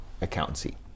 accountancy